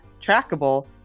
trackable